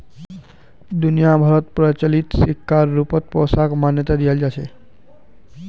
दुनिया भरोत प्रचलित सिक्कर रूपत पैसाक मान्यता दयाल जा छेक